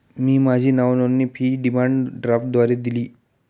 मी माझी नावनोंदणी fee demand ड्राफ्टद्वारे दिली